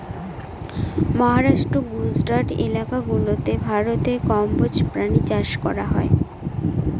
মহারাষ্ট্র, গুজরাট এলাকা গুলাতে ভারতে কম্বোজ প্রাণী চাষ করা হয়